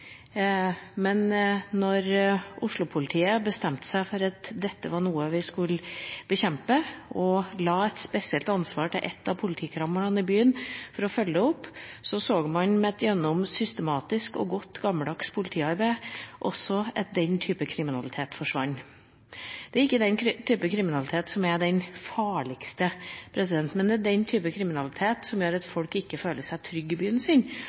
men da Oslo-politiet bestemte seg for at dette var noe man skulle bekjempe, og la et spesielt ansvar på ett av politikamrene i byen for å følge det opp, så man at også den typen kriminalitet – gjennom systematisk og godt gammeldags politiarbeid – forsvant. Dette er ikke den typen kriminalitet som er den farligste, men det er den typen kriminalitet som gjør at folk ikke føler seg trygge i byen sin,